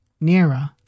nearer